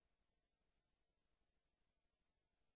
שתהיה